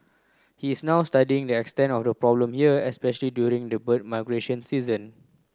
he is now studying the extent of the problem here especially during the bird season